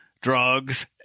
drugs